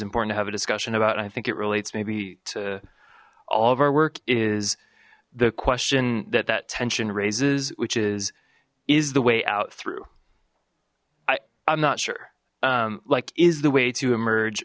important to have a discussion about i think it relates maybe to all of our work is the question that that tension raises which is is the way out through i'm not sure like is the way to emerge